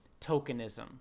tokenism